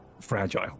fragile